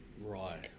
Right